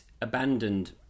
abandoned